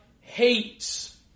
hates